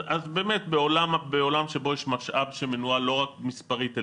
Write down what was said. אז באמת בעולם שבו יש משאב שמנוהל לא רק מספרית,